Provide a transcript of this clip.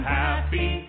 happy